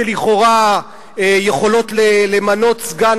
שלכאורה יכולות למנות סגן,